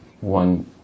one